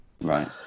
Right